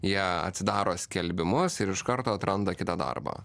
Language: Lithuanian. jie atsidaro skelbimus ir iš karto atranda kitą darbą